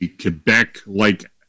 Quebec-like